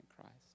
Christ